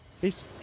Peace